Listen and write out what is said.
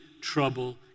trouble